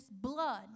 blood